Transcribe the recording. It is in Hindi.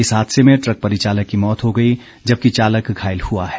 इस हादसे में ट्रक परिचालक की मौत हो गई जबकि चालक घायल हुआ है